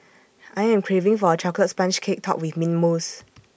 I am craving for A Chocolate Sponge Cake Topped with Mint Mousse